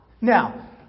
Now